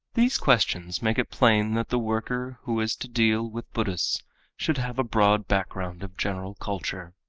these questions make it plain that the worker who is to deal with buddhists should have a broad background of general culture.